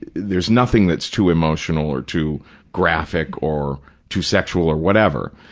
there's nothing that's too emotional or too graphic or too sexual or whatever.